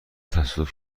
تصادف